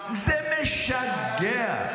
זה משגע.